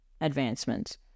advancements